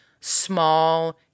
small